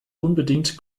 unbedingt